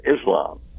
Islam